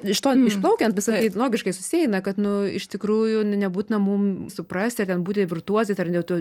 iš to išplaukiant visa taip logiškai susieina kad nu iš tikrųjų nebūtina mum suprasti ten būti virtuozais ar dėl to